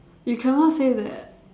you cannot say that